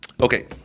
Okay